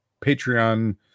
Patreon